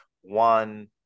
One